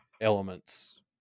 elements